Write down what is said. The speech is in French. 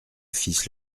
fils